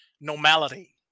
normality